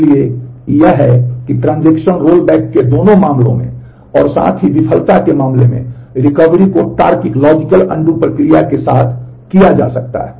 इसलिए यह है कि ट्रांज़ैक्शन प्रक्रिया के साथ किया जा सकता है